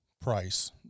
price